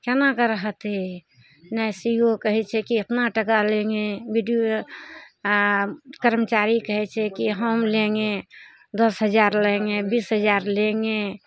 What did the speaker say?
केना कऽ रहतइ एने सी ओ कहय छै कि एतना टाका लेंगे बी डी ओ आओर कर्मचारी कहय छै कि हम लेंगे दस हजार लेंगे बीस हजार लेंगे